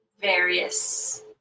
various